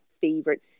favorite